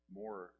more